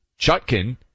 Chutkin